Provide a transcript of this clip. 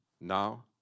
now